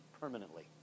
permanently